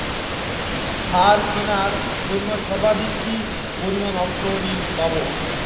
সার কেনার জন্য সর্বাধিক কি পরিমাণ অর্থ ঋণ পাব?